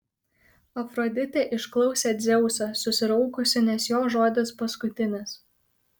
afroditė išklausė dzeusą susiraukusi nes jo žodis paskutinis